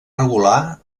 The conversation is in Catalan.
regular